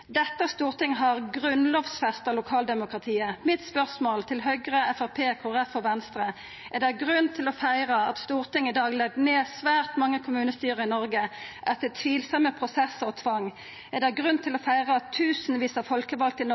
Dette stortinget har grunnlovfesta lokaldemokratiet. Mitt spørsmål til Høgre, Framstegspartiet, Kristeleg Folkeparti og Venstre er: Er det grunn til å feira at Stortinget i dag legg ned svært mange kommunestyre i Noreg, etter tvilsame prosessar og tvang? Er det grunn til å feira at tusenvis av folkevalde i